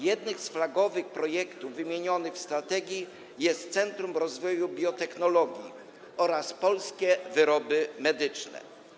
Jednymi z flagowych projektów wymienionych w strategii są „Centrum Rozwoju Biotechnologii” oraz „Polskie wyroby medyczne”